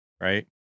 right